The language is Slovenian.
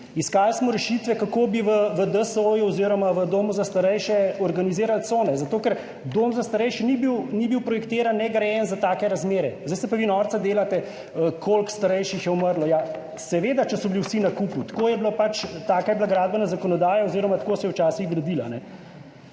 Iskali smo rešitve, kako bi v DSO oziroma v domu za starejše organizirali cone, zato ker dom za starejše ni bil projektiran in grajen za take razmere. Zdaj se pa vi delate norca, koliko starejših je umrlo. Ja, seveda, če so bili vsi na kupu, tako je pač bilo, taka je bila gradbena zakonodaja oziroma tako se je včasih gradilo.